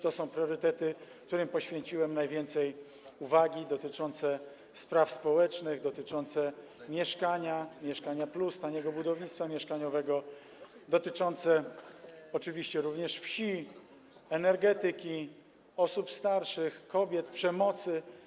To są priorytety, którym poświęciłem najwięcej uwagi, dotyczące spraw społecznych, dotyczące mieszkania, „Mieszkania+”, taniego budownictwa mieszkaniowego, dotyczące oczywiście również wsi, energetyki, osób starszych, kobiet, przemocy.